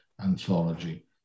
anthology